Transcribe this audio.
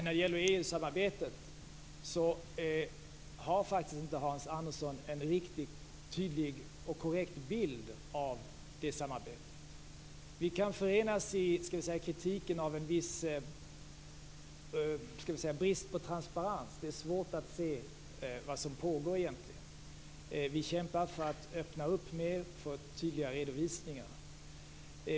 Fru talman! Hans Andersson har faktiskt inte en riktigt tydlig och korrekt bild av EU-samarbetet. Vi kan förenas i kritiken av en viss brist på transparens - det är svårt att se vad som egentligen pågår. Vi kämpar dock för att öppna mera och få tydligare redovisningar.